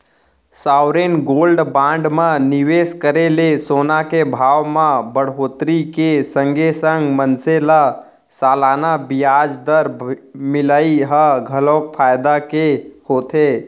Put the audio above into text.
sovereign gold bond म निवेस करे ले सोना के भाव म बड़होत्तरी के संगे संग मनसे ल सलाना बियाज दर मिलई ह घलोक फायदा के होथे